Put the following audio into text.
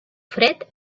fred